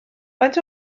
faint